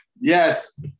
Yes